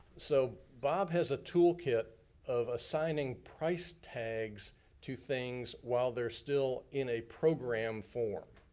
so bob has a toolkit of assigning price tags to things while they're still in a program form,